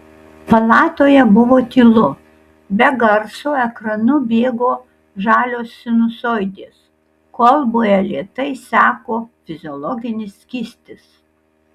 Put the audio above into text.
palatoje buvo tylu be garso ekranu bėgo žalios sinusoidės kolboje lėtai seko fiziologinis skystis